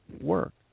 work